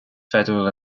federal